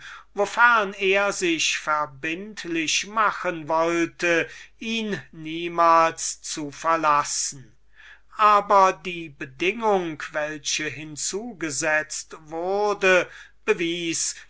wofern er sich verbindlich machen wollte ihn niemals zu verlassen aber die bedingung welche er hinzusetzte bewies